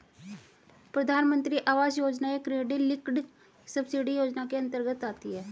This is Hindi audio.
प्रधानमंत्री आवास योजना एक क्रेडिट लिंक्ड सब्सिडी योजना के अंतर्गत आती है